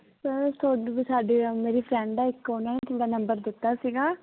sir ਤੁਹਾਡੇ ਵੀ ਸਾਡੇ ਮੇਰੀ ਫਰੈਂਡ ਆ ਇੱਕ ਉਹਨੇ ਤੁਹਾਡਾ ਨੰਬਰ ਦਿੱਤਾ ਸੀਗਾ